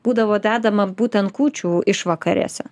būdavo dedama būtent kūčių išvakarėse